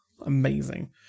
amazing